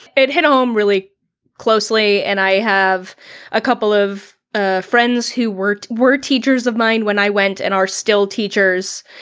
it hit home really closely and i have a couple of ah friends who were teachers of mine when i went and are still teachers.